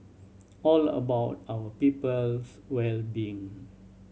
all about our people's well being